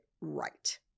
right